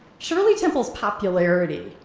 shirley temple's popularity,